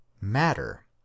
matter